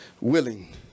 willing